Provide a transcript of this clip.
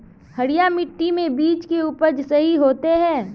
हरिया मिट्टी में बीज के उपज सही होते है?